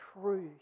true